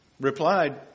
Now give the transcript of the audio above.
replied